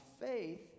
faith